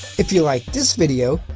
if you like this video,